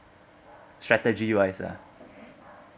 strategy wise ah